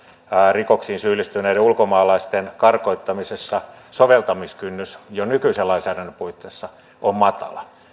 rikoksiin syyllistyneiden ulkomaalaisten karkottamisessa soveltamiskynnys jo nykyisen lainsäädännön puitteissa on matala